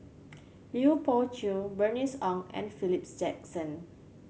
Lui Pao Chuen Bernice Ong and Philip Jackson